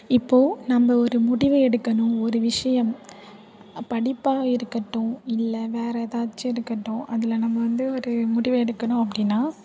இப்போது நம்ம ஒரு முடிவு எடுக்கணும் ஒரு விஷயம் படிப்பாக இருக்கட்டும் இல்லை வேறு எதாச்சும் இருக்கட்டும் அதில் நம்ம வந்து ஒரு முடிவு எடுக்கணும் அப்படின்னா